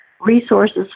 resources